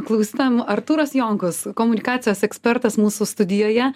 klausytojam artūras jonkus komunikacijos ekspertas mūsų studijoje